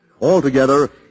Altogether